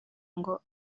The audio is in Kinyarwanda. ngo